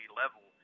level